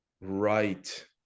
Right